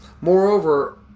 Moreover